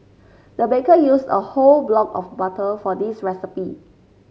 the baker used a whole block of butter for this recipe